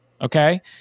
Okay